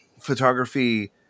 photography